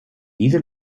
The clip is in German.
diese